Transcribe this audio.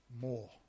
more